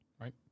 right